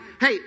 Hey